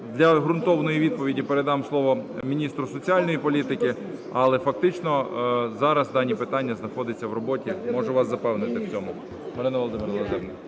Для ґрунтовної відповіді передам слово міністру соціальної політики. Але фактично зараз дане питання знаходиться в роботі, можу вас запевнити в цьому.